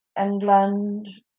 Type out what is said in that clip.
England